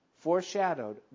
foreshadowed